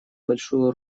большую